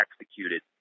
executed